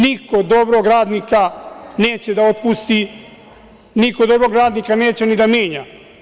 Niko dobrog radnika neće da otpusti, niko dobrog radnika neće ni da menja.